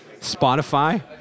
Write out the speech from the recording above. Spotify